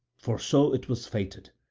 for so it was fated.